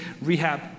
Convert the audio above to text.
rehab